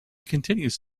continues